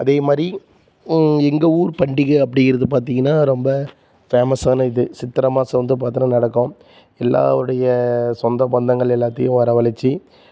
அதே மாதிரி எங்கள் ஊர் பண்டிகை அப்படிகிறது பார்த்திங்கன்னா ரொம்ப ஃபேமஸ்ஸான இது சித்தரை மாதம் வந்து பார்த்தோன்னா நடக்கும் எல்லோருடைய சொந்தம் பந்தங்கள் எல்லாத்தையும் வரவழிச்சி